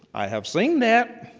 i have seen that.